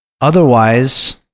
Otherwise